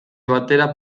batera